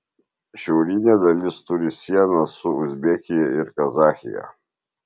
šiaurinė dalis turi sieną su uzbekija ir kazachija